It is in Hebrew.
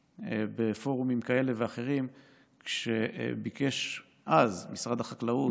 בפורומים כאלה ואחרים כשביקש אז משרד החקלאות,